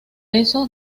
eso